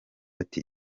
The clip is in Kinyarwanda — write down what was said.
ati